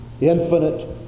infinite